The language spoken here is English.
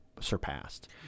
surpassed